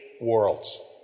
worlds